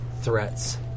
threats